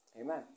Amen